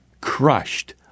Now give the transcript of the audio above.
crushed